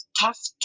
tough